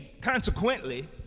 consequently